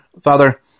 Father